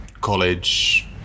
college